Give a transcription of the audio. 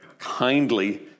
Kindly